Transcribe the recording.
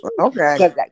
Okay